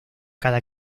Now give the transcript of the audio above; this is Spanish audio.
cada